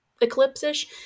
Eclipse-ish